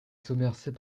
somerset